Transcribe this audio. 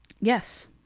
Yes